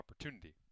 opportunity